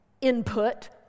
input